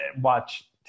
watch